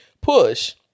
push